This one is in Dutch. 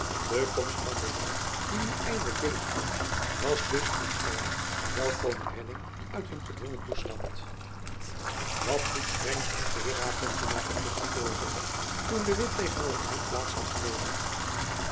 de komst van de witt die nu eindelijk binnen trad was dus aan allen een welkome redding uit hun gedwongen toestand wat goeds brengt ons de heer raadpensionaris vroeg de voorzitter toen de witt tegen over hem plaats had genomen